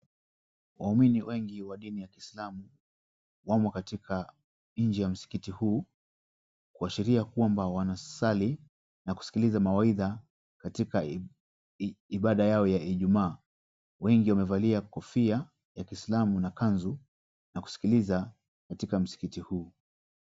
Waumini wengi wa dini ya Kiislamu wamo katika nje ya Msikiti huu kuashiria kwamba wanasali na kusikiliza mawaidha katika ibada yao ya Ijumaa. Wengi wamevalia kofia ya Kiislamu na kanzu na kusikiliza katika msikiti huu.